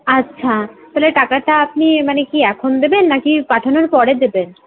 আচ্ছা তাহলে টাকাটা আপনি মানে কি এখন দেবেন নাকি পাঠানোর পরে দেবেন